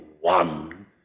one